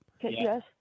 Yes